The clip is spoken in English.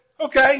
okay